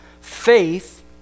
Faith